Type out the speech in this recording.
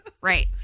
Right